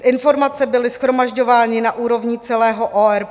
Informace byly shromažďovány na úrovni celého ORP.